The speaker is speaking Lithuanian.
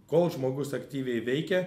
kol žmogus aktyviai veikė